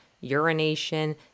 urination